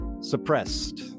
suppressed